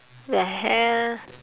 the hell